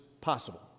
possible